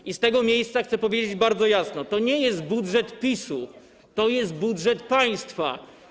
I z tego miejsca chcę powiedzieć bardzo jasno: to nie jest budżet PiS-u, to jest budżet państwa.